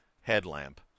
headlamp